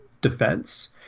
defense